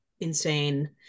insane